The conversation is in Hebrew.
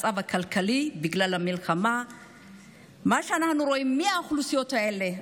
מה שאנחנו רואים, מי האוכלוסיות האלה?